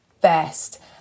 best